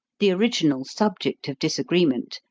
the original subject of disagreement,